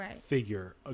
figure